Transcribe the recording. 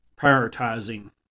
prioritizing